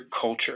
culture